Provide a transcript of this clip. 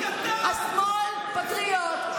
השמאל פטריוט,